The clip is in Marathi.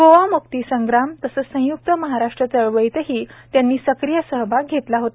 गोवा म्क्ती संग्राम तसंच संय्क्त महाराष्ट्र चळवळीतही त्यांनी सक्रिय सहभाग घेतला होता